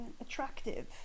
attractive